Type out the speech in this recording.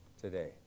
today